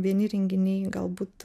vieni renginiai galbūt